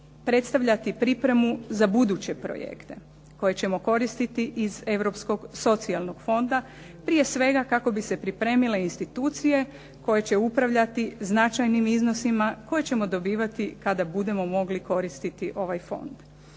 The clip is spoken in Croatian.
predstavljati pripremu za buduće projekte koje ćemo koristiti iz europskog socijalnog fonda prije svega kako bi se pripremile institucije koje će upravljati značajnim iznosima koje ćemo dobivati kada budemo mogli koristiti ovaj fond.